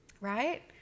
Right